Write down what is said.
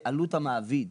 את עלות המעביד.